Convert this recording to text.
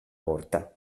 porta